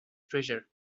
treasure